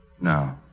No